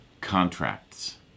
contracts